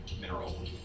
mineral